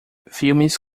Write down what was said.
filmes